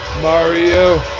Mario